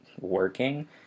working